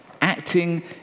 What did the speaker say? Acting